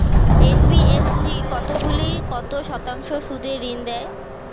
NBFC কতগুলি কত শতাংশ সুদে ঋন দেয়?